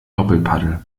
doppelpaddel